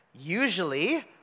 usually